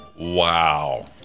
wow